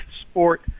sport